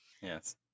Yes